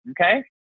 okay